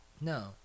No